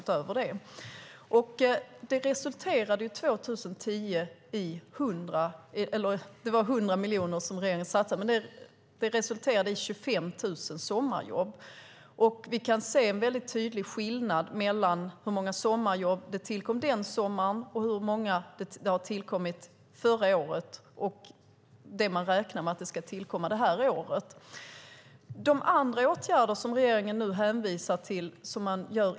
Regeringen satsade 100 miljoner år 2010, och det resulterade i 25 000 sommarjobb. Vi kan se en tydlig skillnad mellan hur många sommarjobb som tillkom den sommaren och hur många som tillkom förra året och hur många man räknar med ska tillkomma i år. Den här satsningen handlar om 100 miljoner.